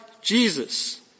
Jesus